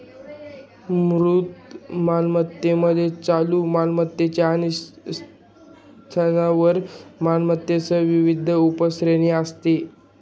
मूर्त मालमत्तेमध्ये चालू मालमत्ता आणि स्थावर मालमत्तेसह विविध उपश्रेणी असतात